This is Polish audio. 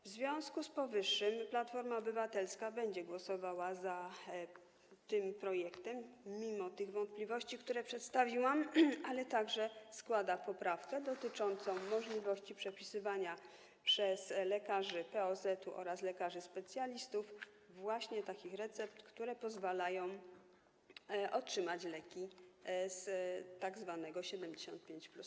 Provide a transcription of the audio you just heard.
W związku z powyższym Platforma Obywatelska będzie głosowała za tym projektem, mimo tych wątpliwości, które przedstawiłam, ale także składa poprawkę dotyczącą możliwości przepisywania przez lekarzy POZ oraz lekarzy specjalistów takich recept, które pozwalają otrzymać leki z tzw. 75+.